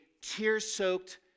tear-soaked